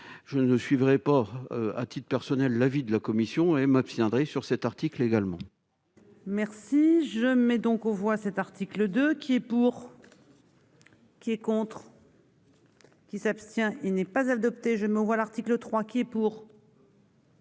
je ne suivrai pas à titre personnel, l'avis de la commission et m'abstiendrai sur cet article également. Merci, je mets donc aux voix cet article 2 qui est pour. Qui est contre. Qui s'abstient, il n'est pas adopté, je me vois l'article 3 qui est pour.